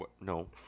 No